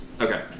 Okay